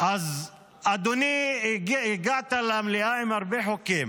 את הדיווחים והלא-מעט פרסומים שהיו על שיתופי פעולה בין רכזי ביטחון